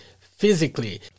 physically